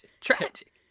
tragic